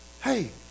Hey